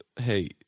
hey